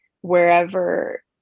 wherever